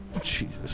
Jesus